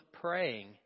praying